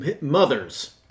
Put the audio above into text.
mothers